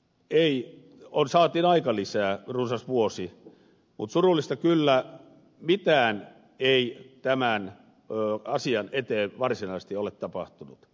sen jälkeen saatiin aikalisää runsas vuosi mutta surullista kyllä mitään ei tämän asian eteen varsinaisesti ole tapahtunut